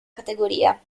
categoria